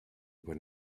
were